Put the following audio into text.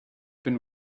been